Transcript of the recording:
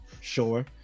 Sure